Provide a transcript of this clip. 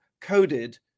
Coded